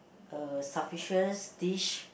a sumptuous dish